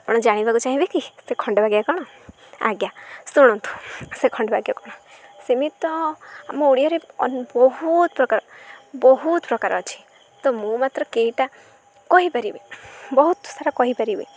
ଆପଣ ଜାଣିବାକୁ ଚାହିଁବେ କି ସେ ଖଣ୍ଡବାକ୍ୟ କ'ଣ ଆଜ୍ଞା ଶୁଣନ୍ତୁ ସେ ଖଣ୍ଡବାକ୍ୟ କ'ଣ ସେମିତି ତ ଆମ ଓଡ଼ିଆରେ ବହୁତ ପ୍ରକାର ବହୁତ ପ୍ରକାର ଅଛି ତ ମୁଁ ମାତ୍ର କେଇଟା କହିପାରିବି ବହୁତ ସାରା କହିପାରିବି